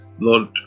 Lord